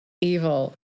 evil